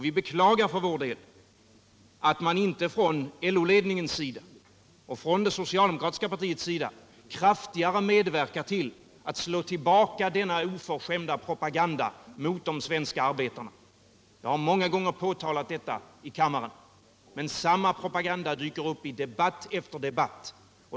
Vi beklagar för vår del att LO-ledningen och det socialdemokratiska partiet inte kraftigare medverkat till att slå tillbaka denna oförskämda propaganda mot de svenska arbetarna. Jag har många gånger påtalat detta i kammaren, men samma propaganda dyker upp i debatt efter debatt.